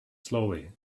slowly